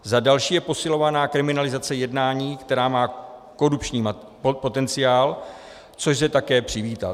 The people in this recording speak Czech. Za další je posilována kriminalizace jednání, která má korupční potenciál, což lze také přivítat.